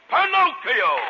Pinocchio